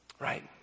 Right